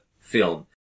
film